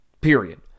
Period